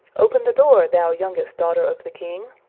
open the door, thou youngest daughter of the king!